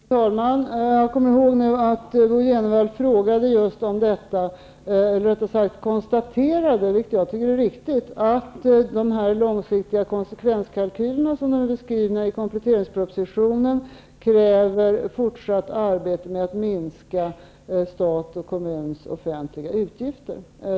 Fru talman! Jag kommer ihåg att Bo G. Jenevall frågade just om detta, eller rättare sagt konstaterade -- vilket jag tycker är riktigt -- att de långsiktiga konsekvenskalkyler som är beskrivna i kompletteringspropositionen kräver fortsatt arbete med att minska statens och kommunernas utgifter.